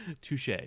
Touche